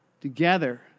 Together